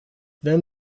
then